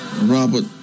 Robert